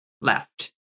left